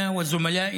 אני וחבריי